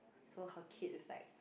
so her kid is like